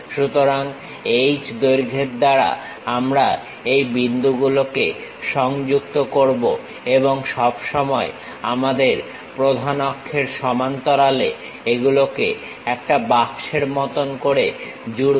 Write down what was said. সুতরাং H দৈর্ঘ্যের দ্বারা আমরা এই বিন্দুগুলোকে সংযুক্ত করব এবং সব সময় আমাদের প্রধান অক্ষের সমান্তরালে এগুলোকে একটা বাক্সের মতন করে জুড়বো